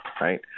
right